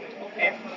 Okay